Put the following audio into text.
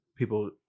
People